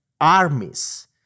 armies